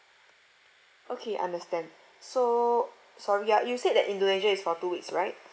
okay understand so sorry ah you said that indonesia is for two weeks right